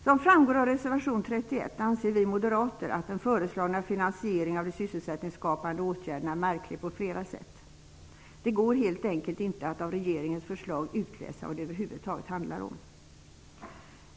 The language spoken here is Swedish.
Som framgår av reservation 31 anser vi moderater att den föreslagna finansieringen av de sysselsättningsskapande åtgärderna är märklig på flera sätt. Det går helt enkelt inte att av regeringens förslag utläsa vad det över huvud taget handlar om.